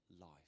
life